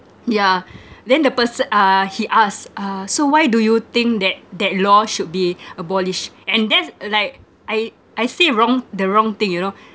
yeah then the perso~ uh he asked uh so why do you think that that law should be abolished and there's like I I say wrong the wrong thing you know